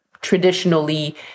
traditionally